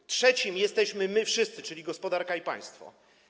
Na trzecim jesteśmy my wszyscy, czyli gospodarka i państwo.